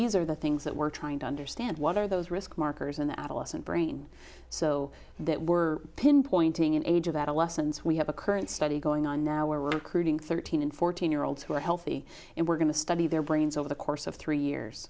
these are the things that we're trying to understand what are those risk markers in the adolescent brain so that we're pinpointing an age of adolescence we have a current study going on now we're recruiting thirteen and fourteen year olds who are healthy and we're going to study their brains over the course of three years